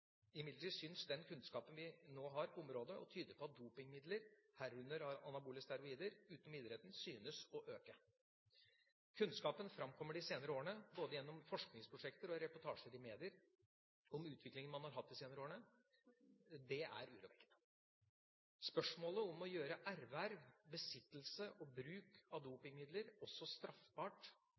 Imidlertid syns den kunnskapen vi nå har på området, å tyde på at bruk av dopingmidler, herunder anabole steroider, utenom idretten øker. Kunnskapen framkommet de senere årene, både gjennom forskningsprosjekter og reportasjer i medier, om utviklingen man har hatt de senere årene, er urovekkende. Spørsmålet om å gjøre erverv, besittelse og bruk av dopingmidler også straffbart